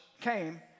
came